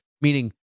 meaning